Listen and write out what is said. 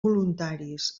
voluntaris